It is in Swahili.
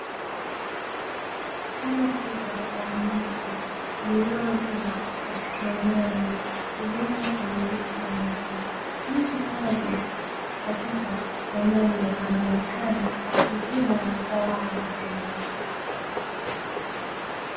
Shamba kubwa la ndizi lililolimwa katika eneo lenye udongo wenye rutuba nzuri, mtu mmoja mmoja katika eneo hilo anaonekana akivuna mazao hayo ya ndizi.